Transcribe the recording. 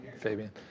Fabian